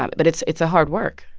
but it's it's a hard work.